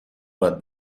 باید